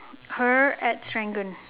her at serangoon